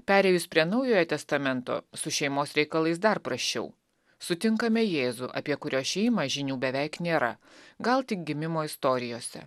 perėjus prie naujojo testamento su šeimos reikalais dar prasčiau sutinkame jėzų apie kurio šeimą žinių beveik nėra gal tik gimimo istorijose